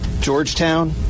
Georgetown